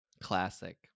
Classic